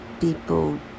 People